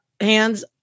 hands